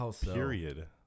period